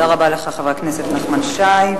תודה רבה לחבר הכנסת נחמן שי.